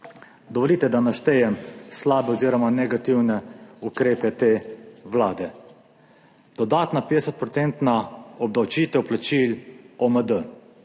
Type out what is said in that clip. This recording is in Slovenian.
Dovolite, da naštejem slabe oziroma negativne ukrepe te Vlade. Dodatna 50 % obdavčitev plačil OMD